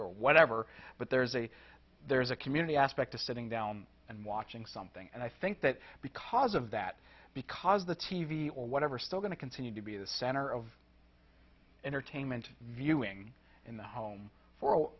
or whatever but there's a there's a community aspect to sitting down and watching something and i think that because of that because the t v or whatever still going to continue to be the center of entertainment viewing in the home for